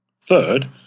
Third